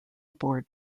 aboard